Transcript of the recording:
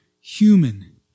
human